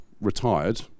retired